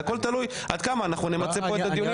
זה הכול תלוי עד כמה אנחנו נמצה כאן את הדיונים.